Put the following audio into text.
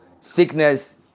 sickness